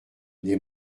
des